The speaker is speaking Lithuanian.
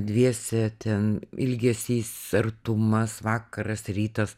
dviese ten ilgesys artumas vakaras rytas